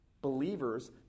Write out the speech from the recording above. believers